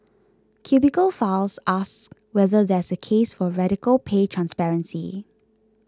Cubicle Files asks whether there's a case for radical pay transparency